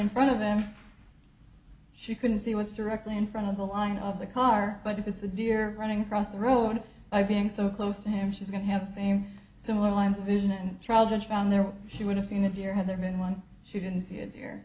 in front of them she couldn't see what's directly in front of the line of the car but if it's a deer running across the road by being so close to him she's going to have the same similar lines of vision and trial judge found there she would have seen a deer had there been one she didn't see it here